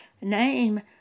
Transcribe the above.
name